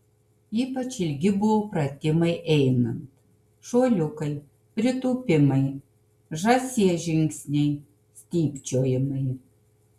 ypač ilgi buvo pratimai einant šuoliukai pritūpimai žąsies žingsniai stypčiojimai